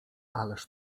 ależ